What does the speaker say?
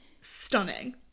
stunning